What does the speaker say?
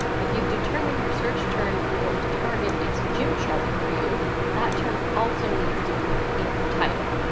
if you've determined your search term, you're going to target is jim sharp. review that term also needs to be in your title.